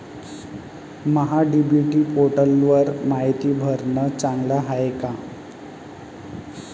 महा DBT पोर्टलवर मायती भरनं चांगलं हाये का?